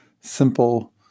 simple